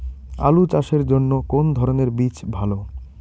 আলু চাষের জন্য কোন ধরণের বীজ ভালো?